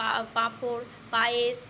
পা পাঁপড় পায়েস